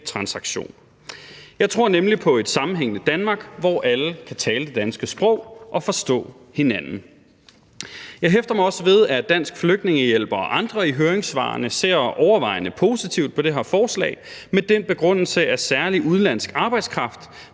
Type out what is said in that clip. transaktion. Jeg tror nemlig på et sammenhængende Danmark, hvor alle kan tale det danske sprog og forstå hinanden. Jeg hæfter mig også ved, at Dansk Flygtningehjælp og andre i høringssvarene ser overvejende positivt på det her forslag med den begrundelse, at særlig udenlandsk arbejdskraft